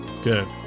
good